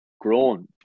grown